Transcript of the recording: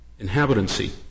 inhabitancy